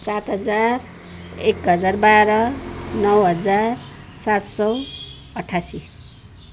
सात हजार एक हजार बाह्र नौ हजार सात सौ अठासी